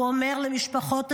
הוא אומר למשפחות השכולות: